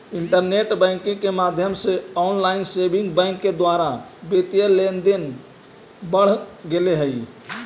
internet banking के माध्यम से ऑनलाइन सेविंग बैंक के द्वारा वित्तीय लेनदेन बढ़ गेले हइ